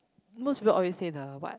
most people always say the what